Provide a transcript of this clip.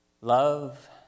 love